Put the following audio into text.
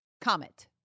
Comet